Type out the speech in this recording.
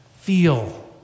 feel